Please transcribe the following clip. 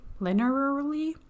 linearly